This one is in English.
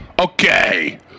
Okay